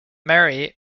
mary